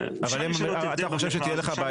אפשר לשנות את זה במכרז,